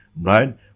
right